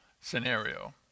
scenario